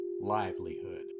livelihood